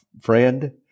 friend